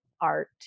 art